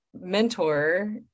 mentor